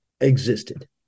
existed